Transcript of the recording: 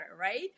right